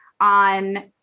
on